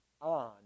on